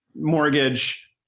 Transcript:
Mortgage